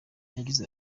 yagize